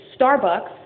Starbucks